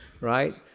right